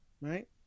Right